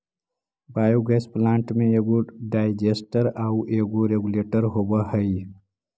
biogas plant में एगो digester आउ एगो रेगुलेटर होवऽ हई